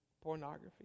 Pornography